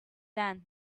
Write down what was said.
than